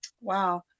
Wow